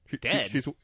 dead